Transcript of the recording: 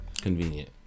Convenient